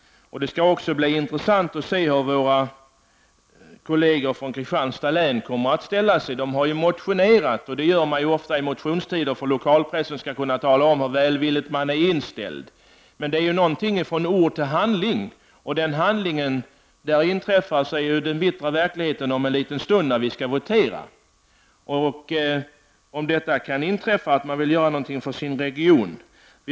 Det skall bli intressant att se hur våra kolleger från Kristianstads län kommer att ställa sig. De har ju motionerat i denna fråga, och det gör man ofta i motionstiden för att den lokala pressen skall kunna tala om hur välvilligt inställd man är. Men det behövs någonting från ord till handling. Den bittra verkligheten för en sådan handling inträffar om en liten stund när vi skall votera, — om man nu skulle vilja göra någonting för sin region.